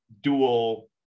dual